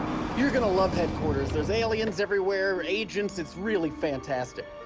you're gonna love headquarters. there's aliens everywhere, agents, it's really fantastic.